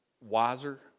wiser